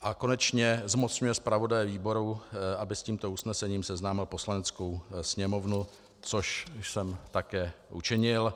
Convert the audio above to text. A konečně zmocňuje zpravodaje výboru, aby s tímto usnesením seznámil Poslaneckou sněmovnu, což jsem také učinil.